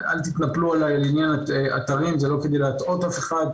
אל תתנפלו עליי על עניין האתרים זה לא כדי להטעות אף אחד,